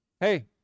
Hey